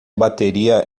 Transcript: bateria